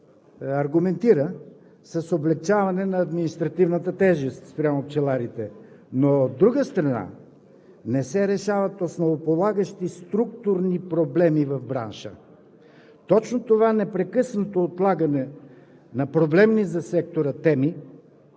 аргументира с облекчаване на административната тежест спрямо пчеларите. Но, от друга страна, не се решават основополагащи структурни проблеми в бранша. Точно това непрекъснато отлагане на проблемни за сектора теми